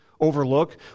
overlook